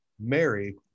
Mary